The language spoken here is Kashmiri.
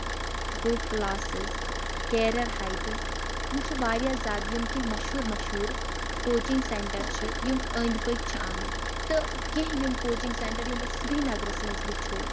ہوپ کٕلاسِز کیرَر ہایٹٕس یِم چھِ واریاہ زیادٕ یِم کینٛہہ مشہوٗر مشہوٗر کوچِنٛگ سٮ۪نٹَر چھِ یِم أنٛدۍ پٔکۍ چھِ آمٕتۍ تہٕ کینٛہہ یِم کوچِنٛگ سٮ۪نٹَر یِم أسۍ سرینَگرَس منٛز وٕچھو